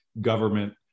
government